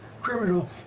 criminal